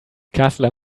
kassler